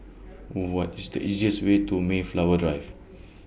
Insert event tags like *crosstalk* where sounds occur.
*noise* What IS The easiest Way to Mayflower Drive *noise*